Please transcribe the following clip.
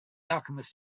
alchemist